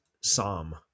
psalm